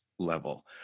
level